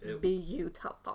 beautiful